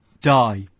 Die